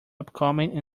upcoming